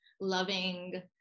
loving